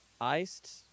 Iced